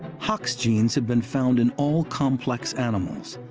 hox genes have been found in all complex animals,